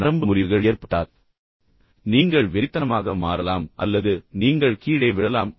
நரம்பு முறிவுகள் ஏற்பட்டால் நீங்கள் வெறித்தனமாக மாறலாம் அல்லது நீங்கள் கீழே விழலாம்